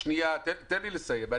תן לי לסיים.